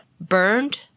burned